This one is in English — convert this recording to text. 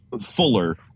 fuller